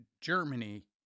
Germany